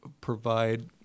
provide